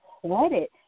credit